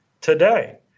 today